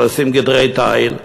לשים גדרי תיל,